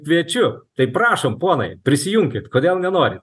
kviečiu tai prašom ponai prisijunkit kodėl nenori